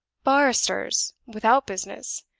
barristers without business,